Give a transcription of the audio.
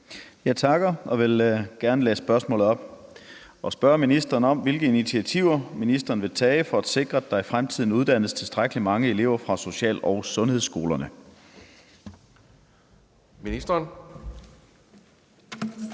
Jeg takker og vil gerne læse spørgsmålet op: Hvilke initiativer vil ministeren tage for at sikre, at der i fremtiden uddannes tilstrækkelig mange elever fra social- og sundhedsskolerne?